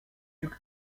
duc